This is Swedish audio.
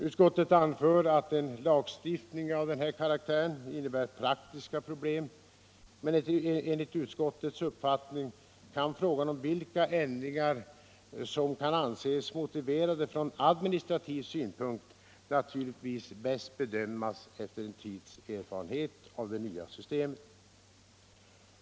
Utskottet anför att en lagstiftning av denna karaktär innebär praktiska problem, men enligt utskottets uppfattning kan frågan om vilka ändringar som anses motiverade från administrativ synpunkt naturligtvis bäst bedömas efter en tids erfarenhet av det nya systemet.